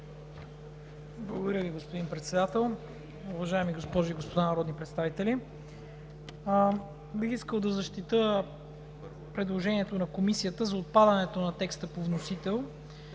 Благодаря Ви, господин Председател. Госпожи и господа народни представители, бих искал да защитя предложението на Комисията за отпадането на текста по вносител.